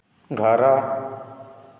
ଘର